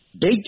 Big